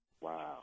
Wow